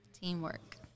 Teamwork